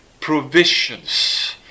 provisions